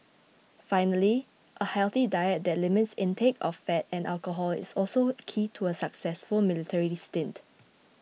finally a healthy diet that limits intake of fat and alcohol is also key to a successful military stint